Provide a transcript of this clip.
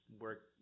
work